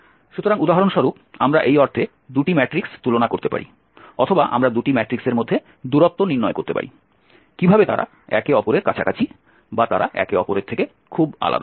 সুতরাং উদাহরণস্বরূপ আমরা এই অর্থে 2 টি ম্যাট্রিক্স তুলনা করতে পারি অথবা আমরা দুটি ম্যাট্রিক্সের মধ্যে দূরত্ব নির্ণয় করতে পারি কিভাবে তারা একে অপরের কাছাকাছি বা তারা একে অপরের থেকে খুব আলাদা